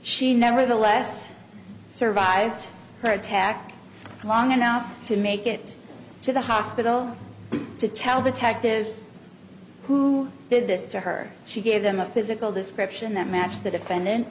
she nevertheless survived her attack long enough to make it to the hospital to tell the tech this who did this to her she gave them a physical description that matched the defendant